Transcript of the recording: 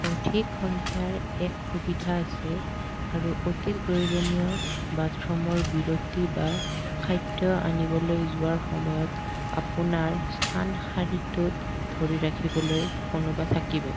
অধিক সংখ্যাৰ এক সুবিধা আছে আৰু অতি প্ৰয়োজনীয় বাথৰুমৰ বিৰতি বা খাদ্য আনিবলৈ যোৱাৰ সময়ত আপোনাৰ স্থান শাৰীটোত ধৰি ৰাখিবলৈ কোনোবা থাকিব